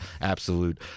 absolute